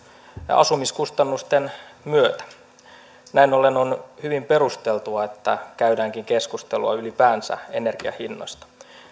ja asumiskustannusten myötä näin ollen on hyvin perusteltua että käydäänkin keskustelua ylipäänsä energian hinnasta